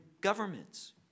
governments